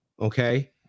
Okay